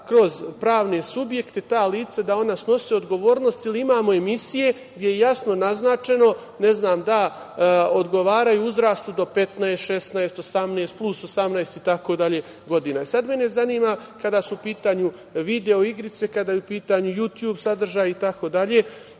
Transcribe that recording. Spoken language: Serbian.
kroz pravne subjekte, ta lica da ona snose odgovornost, jer imamo emisije gde je jasno naznačeno, ne znam, da odgovaraju uzrastu do 15, 16, 18, plus 18 godina itd. Sad mene zanima kada su u pitanju video igrice, kada je u putanju Jutjub sadržaj itd, koje